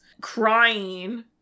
crying